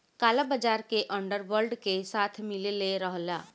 काला बाजार के अंडर वर्ल्ड के साथ मिलले रहला